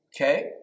okay